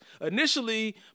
Initially